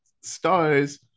stars